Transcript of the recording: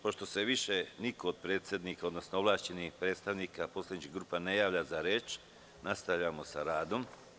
Pošto se više niko od predsednika, odnosno ovlašćenih predstavnika poslaničkih grupa ne javlja za reč, nastavljamo sa radom.